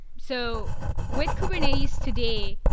so with kubernetes today,